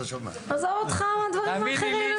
עזוב אותך מהדברים האחרים.